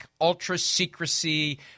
ultra-secrecy